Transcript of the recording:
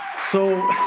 so,